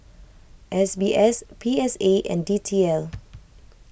S B S P S A and D T L